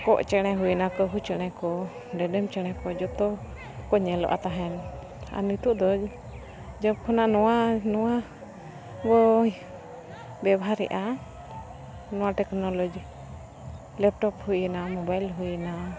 ᱠᱚᱸᱜ ᱪᱮᱬᱮ ᱦᱩᱭᱱᱟ ᱠᱟᱹᱦᱩ ᱪᱮᱬᱮ ᱠᱚ ᱰᱮᱰᱮᱢ ᱪᱮᱬᱮ ᱠᱚ ᱡᱷᱚᱛᱚ ᱠᱚ ᱧᱮᱞᱚᱜᱼᱟ ᱛᱟᱦᱮᱱ ᱟᱨ ᱱᱤᱛᱳᱜ ᱫᱚ ᱡᱚᱵᱽ ᱠᱷᱚᱱᱟᱜ ᱱᱚᱣᱟ ᱱᱚᱣᱟ ᱵᱚᱱ ᱵᱮᱵᱷᱟᱨᱮᱜᱼᱟ ᱱᱚᱣᱟ ᱴᱮᱠᱱᱳᱞᱚᱡᱤ ᱞᱮᱯᱴᱚᱯ ᱦᱩᱭᱮᱱᱟ ᱢᱚᱵᱟᱭᱤᱞ ᱦᱩᱭᱮᱱᱟ